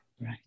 Right